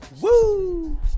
Woo